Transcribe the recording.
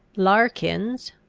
larkins,